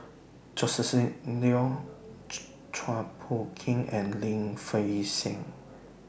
Joscelin Neo Chua Phung Kim and Lim Fei Shen